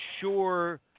sure